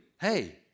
hey